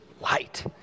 light